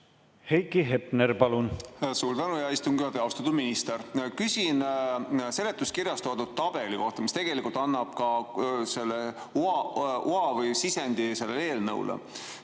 Heiki Hepner, palun! Suur tänu, hea istungi juhataja! Austatud minister! Küsin seletuskirjas toodud tabeli kohta, mis tegelikult annab ka selle oa või sisendi sellele eelnõule.